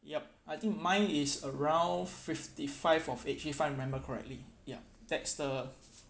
yup I think mine is around fifty five of age if I remember correctly ya that's the